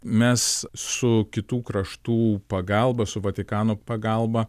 mes su kitų kraštų pagalba su vatikano pagalba